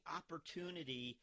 opportunity –